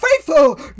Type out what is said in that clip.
faithful